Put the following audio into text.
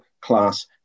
class